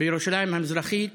בירושלים המזרחית